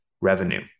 revenue